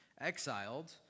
exiled